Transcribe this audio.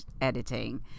editing